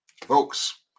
Folks